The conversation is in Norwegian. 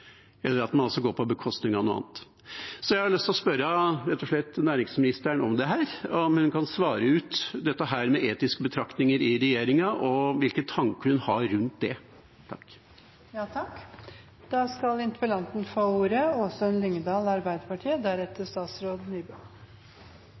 eller at det går på bekostning av noe annet. Så jeg vil rett og slett spørre næringsministeren om det, om hun kan svare ut dette med etiske betraktninger i regjeringa og hvilke tanker hun har rundt det. Takk